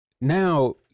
Now